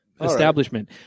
establishment